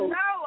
no